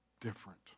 different